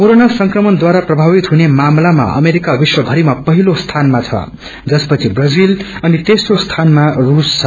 corona संक्रमणद्वारा प्रभावित हुने मामलामा अमेरिका विश्वभरिमा पहिलो सीनमा छ जसपछि ब्राजित अनितंग्नो सीनमा रूस छ